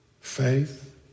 Faith